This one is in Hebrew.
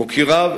מוקיריו,